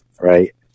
right